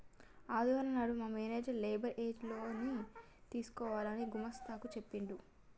ఆదివారం నాడు మా మేనేజర్ లేబర్ ఏజ్ లోన్ తీసుకోవాలని గుమస్తా కు చెప్పిండు